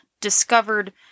discovered